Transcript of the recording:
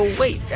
wait.